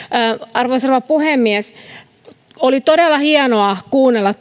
arvoisa rouva puhemies oli todella hienoa kuunnella